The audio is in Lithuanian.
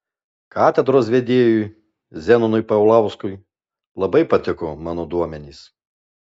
katedros vedėjui zenonui paulauskui labai patiko mano duomenys